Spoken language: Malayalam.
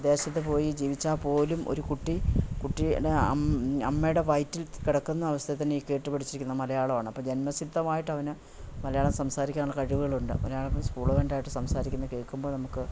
ദേശത്തുപോയി ജീവിച്ചാൽപ്പോലും ഒരു കുട്ടി കുട്ടിയുടെ അമ്മയുടെ വയറ്റിൽ കിടക്കുന്ന അവസ്ഥതന്നെ ഈ കേട്ടു പഠിച്ചിരിക്കുന്ന മലയാളമാണ് അപ്പം ജന്മസിദ്ധമായിട്ട് അവന് മലയാളം സംസാരിക്കാനുള്ള കഴിവുകളുണ്ട് മലയാളം ഫ്ലുവൻ്റായിട്ട് സംസാരിക്കുന്ന കേൾക്കുമ്പോൾ നമുക്ക്